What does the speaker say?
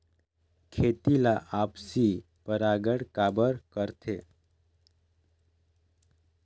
खेती ला आपसी परागण काबर करथे?